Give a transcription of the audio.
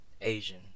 Asian